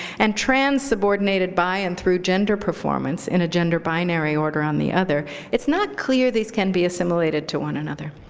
and trans subordinated by and through gender performance in a gender binary order on the other it's not clear these can be assimilated to one another.